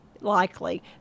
likely